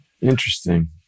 Interesting